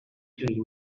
dream